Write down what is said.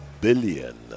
billion